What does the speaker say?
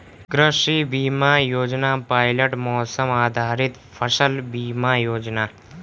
कृषि बीमा योजना पायलट मौसम आधारित फसल बीमा योजना है